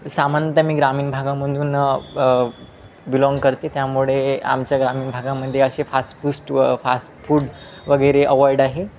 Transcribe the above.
सामान्यतः मी ग्रामीण भागामधून बिलॉंग करते त्यामुळे आमच्या ग्रामीण भागामध्ये असे फास फूस्ट व फास्ट फूड वगैरे अवॉइड आहे